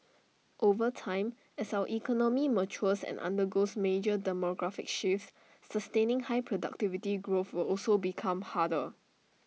over time as our economy matures and undergoes major demographic shifts sustaining high productivity growth will also become harder